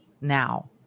now